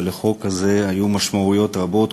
ולחוק הזה היו משמעויות רבות,